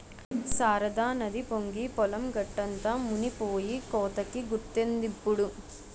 శారదానది పొంగి పొలం గట్టంతా మునిపోయి కోతకి గురైందిప్పుడు